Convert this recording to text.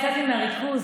יצאתי מריכוז,